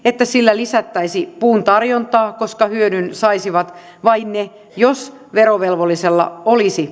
että sillä lisättäisiin puun tarjontaa koska hyödyn saisi vain silloin jos verovelvollisella olisi